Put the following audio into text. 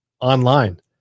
online